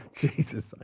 Jesus